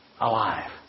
Alive